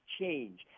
change